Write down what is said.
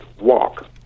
walk